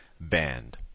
band